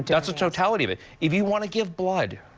it. that's the totality of it. if you want to give blood,